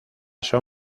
son